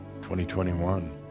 2021